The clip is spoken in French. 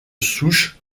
souche